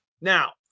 Now